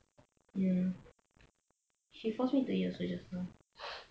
ya she forced me to eat also just now